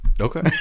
okay